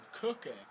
cooking